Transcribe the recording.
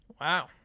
Wow